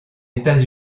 états